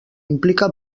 implica